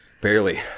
Barely